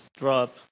drop